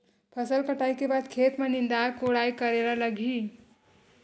फसल कटाई के बाद खेत ल निंदाई कोडाई करेला लगही?